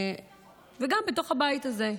וגם בתוך הבית הזה.